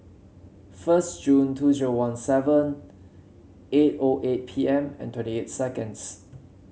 first June two zero one seven eight O eight P M and twenty eight seconds